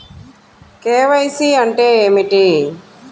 KYC అంటే ఏమి?